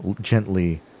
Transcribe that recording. gently